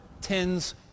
tens